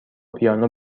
پیانو